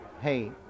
hey